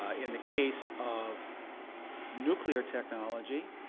ah in the case of nuclear technology,